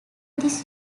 this